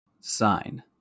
Sign